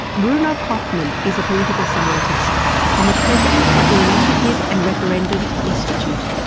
bruno kaufmann is a political scientist and the president of the initiative and referendum institute.